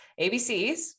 ABCs